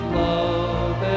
love